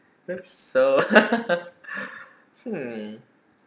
so hmm